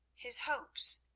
his hopes,